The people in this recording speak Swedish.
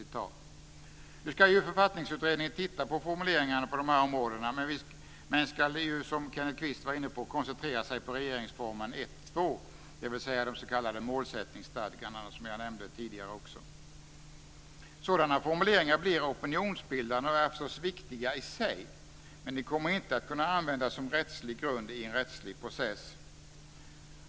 Nu ska Författningsutredningen titta på formuleringar för dessa områden, men den ska som Kenneth Kvist var inne på koncentrera sig på regeringsformens 1 kap. 2 §, dvs. de s.k. målsättningsstadgandena som jag nämnde tidigare. Sådana formuleringar blir opinionsbildande och är förstås viktiga i sig, men de kommer inte att kunna användas som rättslig grund i en rättslig process.